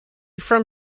from